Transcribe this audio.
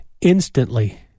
instantly